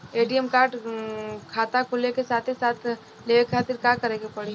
ATM card खाता खुले के साथे साथ लेवे खातिर का करे के पड़ी?